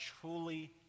truly